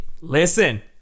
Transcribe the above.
listen